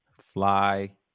fly